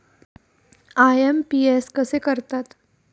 IMPS कसे करतात?